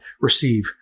receive